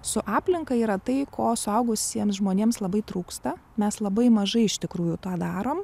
su aplinka yra tai ko suaugusiems žmonėms labai trūksta mes labai mažai iš tikrųjų tą darom